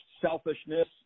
selfishness